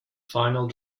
final